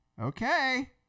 Okay